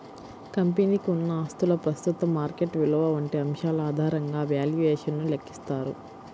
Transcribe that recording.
కంపెనీకి ఉన్న ఆస్తుల ప్రస్తుత మార్కెట్ విలువ వంటి అంశాల ఆధారంగా వాల్యుయేషన్ ను లెక్కిస్తారు